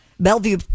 Bellevue